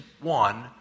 one